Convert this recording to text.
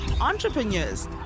entrepreneurs